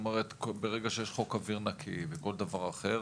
ברגע שיש חוק אוויר נקי וכל דבר אחר,